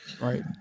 right